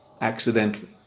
Accidentally